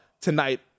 tonight